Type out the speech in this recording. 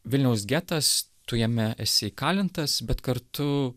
vilniaus getas tu jame esi įkalintas bet kartu